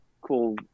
cool